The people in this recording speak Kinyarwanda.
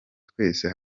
twese